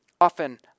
Often